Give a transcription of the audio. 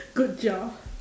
good job